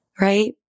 Right